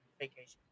Vacation